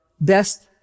best